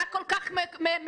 מה כל כך מסורבל?